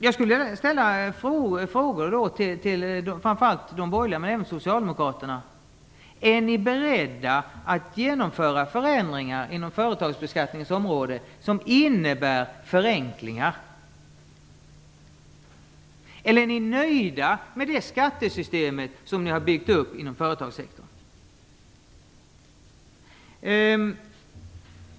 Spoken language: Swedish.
Jag skulle vilja ställa följande fråga till framför allt de borgerliga men även till socialdemokraterna: Är ni beredda att genomföra förändringar inom företagsbeskattningens område vilka innebär förenklingar, eller är ni nöjda med det skattesystem som ni har byggt upp inom företagssektorn?